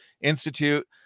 Institute